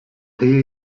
hear